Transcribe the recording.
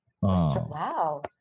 Wow